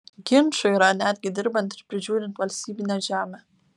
ginčų yra netgi dirbant ir prižiūrint valstybinę žemę